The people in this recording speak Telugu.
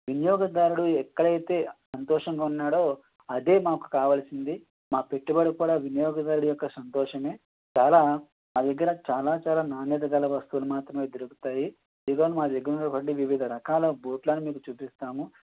వినియోగదారుడు ఎక్కడైతే సంతోషంగా ఉన్నాడో అదే మాకు కావలసింది మాకు పెట్టుబడి కూడా వినియోగదారుడి యొక్క సంతోషమే చాలా నా దగ్గర చాలా చాలా నాణ్యత గల వస్తువులు మాత్రమే దొరుకుతాయి ఇదిగోండి మా దగ్గర ఉన్నవివిధ బూట్లన్నీ మీకు చూపిస్తాము